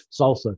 salsa